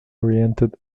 oriented